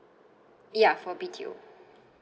yeah for B_T_O